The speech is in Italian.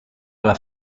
alla